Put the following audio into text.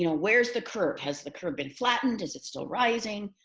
you know where is the curve? has the curve been flattened? is it still rising?